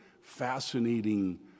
fascinating